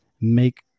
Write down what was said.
make